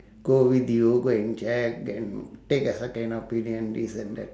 go with you go and check and take a second opinion this and that